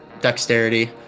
dexterity